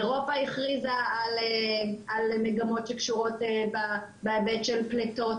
אירופה הכריזה על מגמות שקשורות בהיבט של פליטות